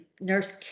nurse